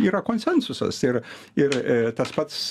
yra konsensusas ir ir tas pats